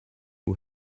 who